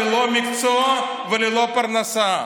ללא מקצוע וללא פרנסה.